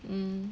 mm